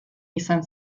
izan